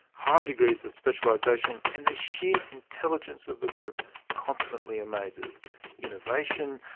high degrees of specialisation and the sheer intelligence of the group constantly amazes innovation,